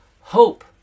hope